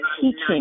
teaching